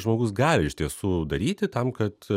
žmogus gali iš tiesų daryti tam kad